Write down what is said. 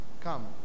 come